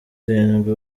irindwi